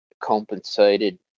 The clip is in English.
compensated